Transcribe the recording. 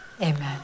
Amen